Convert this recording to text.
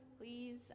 please